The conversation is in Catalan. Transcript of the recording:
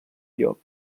llop